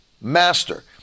master